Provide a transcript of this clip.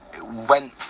went